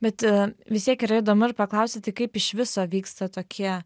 bet vis tiek yra įdomi ir paklausti tai kaip iš viso vyksta tokie